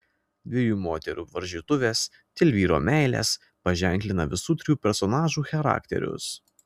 dviejų moterų varžytuvės dėl vyro meilės paženklina visų trijų personažų charakterius